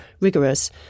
rigorous